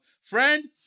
Friend